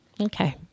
Okay